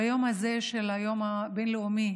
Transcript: ביום הזה, היום הבין-לאומי